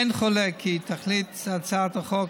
אין חולק כי תכלית הצעת החוק,